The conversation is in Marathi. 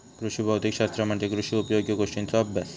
कृषी भौतिक शास्त्र म्हणजे कृषी उपयोगी गोष्टींचों अभ्यास